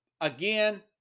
again